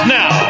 now